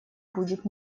будет